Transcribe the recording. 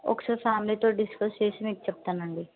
ఒకసారి ఫ్యామిలీతో డిస్కస్ చేసి మీకు చెప్తాను అండి